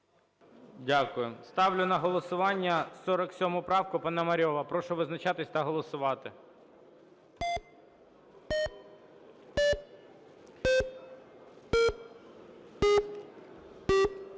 Дякую. Ставлю на голосування 47 правку, Пономарьова. Прошу визначатись та голосувати.